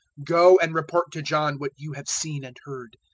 go and report to john what you have seen and heard.